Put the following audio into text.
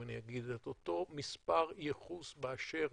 את אותו מספר ייחוס באשר